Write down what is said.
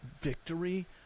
victory